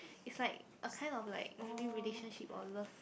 is like a kind of like maybe relationship or love